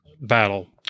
battle